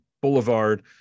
Boulevard